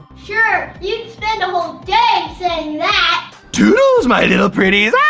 sure, you'd spend a whole day saying that! toodles my little pretties!